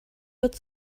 wird